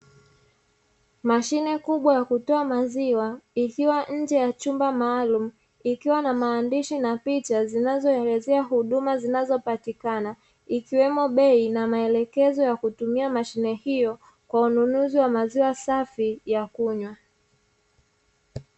Mashine kubwa ya kutoa maziwa ikiwa nje ya chumba maalumu, ikiwa na maandishi na picha zinazoelezea huduma zinazopatikana, ikiwemo bei na maelekezo ya kutumia mashine hiyo kwa ununuzi wa maziwa safi ya kunywa.